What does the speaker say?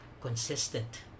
consistent